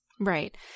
right